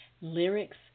lyrics